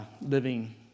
living